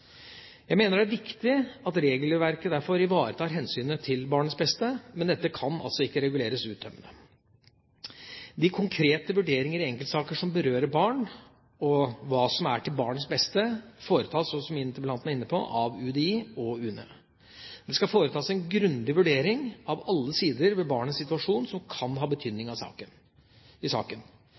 Jeg mener det er viktig at regelverket derfor ivaretar hensynet til barnets beste. Men dette kan altså ikke reguleres uttømmende. De konkrete vurderinger i enkeltsaker som berører barn, og hva som er til barnets beste, foretas – som interpellanten var inne på – av UDI og UNE. Det skal foretas en grundig vurdering av alle sider ved barnets situasjon som kan ha betydning i saken. Også behovet for å innhente supplerende opplysninger slik at saken